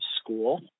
school